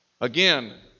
again